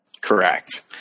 Correct